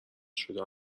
شده